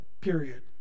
period